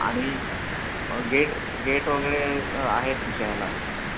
आणि gate gate वगैरे आहे तुमच्या याला